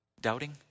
doubting